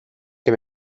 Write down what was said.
que